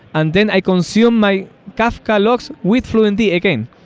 and then i conceal my kafka logs with fluentd again.